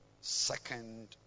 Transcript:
second